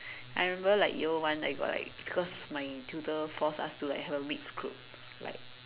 I remember like year one I got like cause my tutor force us to like have a mixed group like